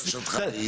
מהי בקשתך?